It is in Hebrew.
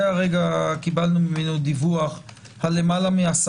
זה הרגע קיבלנו ממנו דיווח על למעלה מ-10